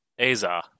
Aza